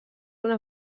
una